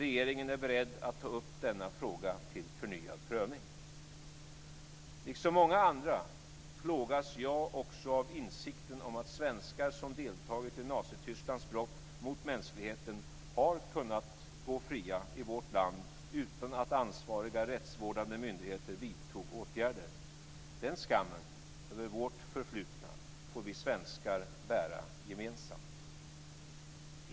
Regeringen är beredd att ta upp denna fråga till förnyad prövning. Liksom många andra plågas också jag av insikten att svenskar som deltagit i Nazitysklands brott mot mänskligheten har kunnat gå fria i vårt land utan att ansvariga rättsvårdande myndigheter vidtagit åtgärder. Den skammen över vårt förflutna får vi svenskar bära gemensamt.